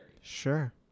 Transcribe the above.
Sure